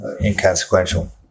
inconsequential